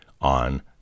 on